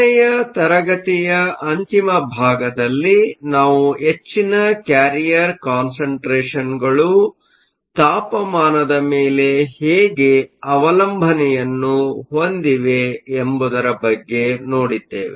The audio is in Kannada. ಕೊನೆಯ ತರಗತಿಯ ಅಂತಿಮ ಭಾಗದಲ್ಲಿ ನಾವು ಹೆಚ್ಚಿನ ಕ್ಯಾರಿಯರ್ ಕಾನ್ಸಂಟ್ರೇಷನ್ಗಳು ತಾಪಮಾನದ ಮೇಲೆ ಹೇಗೆ ಅವಲಂಬನೆಯನ್ನು ಹೊಂದಿವೆ ಎಂಬುದರ ಬಗ್ಗೆ ನೋಡಿದ್ದೇವೆ